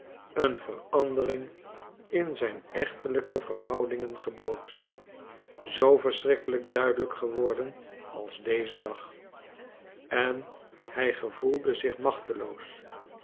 een verandering in zijn echtelijke verhoudingen gebood zoo verschrikkelijk duidelijk geworden als dezen dag en hij gevoelde zich machteloos